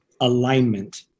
alignment